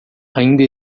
ainda